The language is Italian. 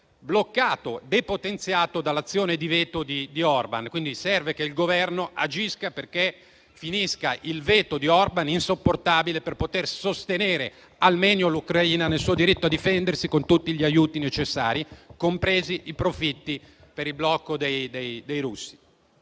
bloccato, depotenziato dall'azione di veto di Orban, quindi serve che il Governo agisca affinché tale veto insopportabile termini, per poter sostenere al meglio l'Ucraina nel suo diritto a difendersi, con tutti gli aiuti necessari, compresi i profitti per il blocco dei beni